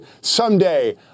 someday –